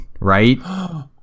right